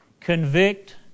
Convict